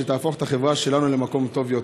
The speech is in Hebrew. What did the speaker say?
שתהפוך את החברה שלנו למקום טוב יותר.